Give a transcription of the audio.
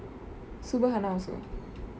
subahana also